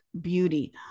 beauty